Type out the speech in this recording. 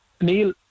Neil